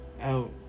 out